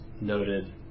noted